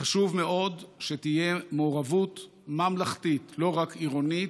חשוב מאוד שתהיה מעורבות ממלכתית, לא רק עירונית,